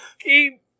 keep